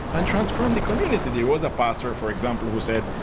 and transform the community. there was a pastor, for example, who said,